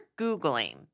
Googling